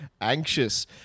anxious